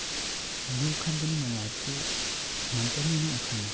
यो उखान पनि मलाई अर्को मनपर्ने नै उखान हो